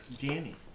Danny